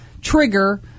trigger